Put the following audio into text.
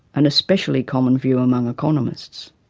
an especially common view among economists.